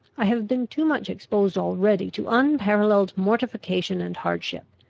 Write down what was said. i have been too much exposed already to unparalleled mortification and hardship,